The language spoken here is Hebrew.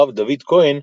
הרב דוד כהן,